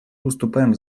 выступаем